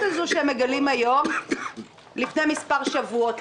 הזו שהם מגלים היום לפני מספר שבועות?